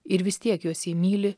ir vis tiek jos jį myli